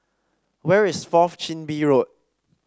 where is Fourth Chin Bee Road